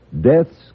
Deaths